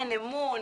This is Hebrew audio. אין אמון,